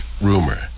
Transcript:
rumor